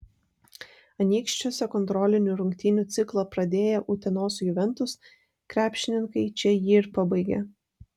anykščiuose kontrolinių rungtynių ciklą pradėję utenos juventus krepšininkai čia jį ir pabaigė